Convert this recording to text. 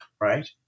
right